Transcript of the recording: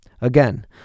Again